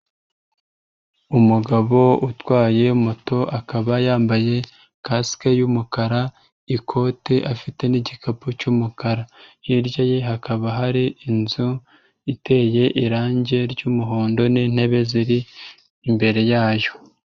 Umugabo utwaye moto akaba yambaye kasike y'umukara, ikote afite n'igikapu cy'umukara. Hirya ye hakaba hari inzu, iteye irangi ry'umuhondo n'intebe ziri imbere yayo.